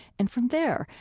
and from there,